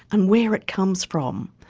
and where it comes from.